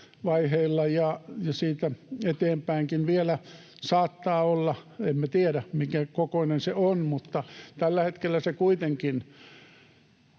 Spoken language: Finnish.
ja siitä eteenpäinkin vielä saattaa olla, emme tiedä, minkäkokoinen se on. Tällä hetkellä se kuitenkin